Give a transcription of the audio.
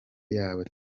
yabo